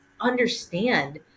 Understand